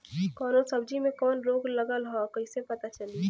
कौनो सब्ज़ी में कवन रोग लागल ह कईसे पता चली?